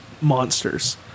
monsters